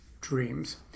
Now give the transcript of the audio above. dreams